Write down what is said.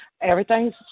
Everything's